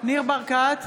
ניר ברקת,